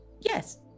yes